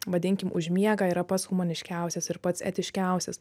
vadinkim užmiega yra pats humaniškiausias ir pats etiškiausias